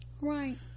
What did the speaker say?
right